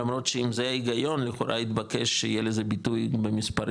למרות שאם זה ההיגיון היא יכולה להתבקש שיהיה לזה ביטוי במספרים,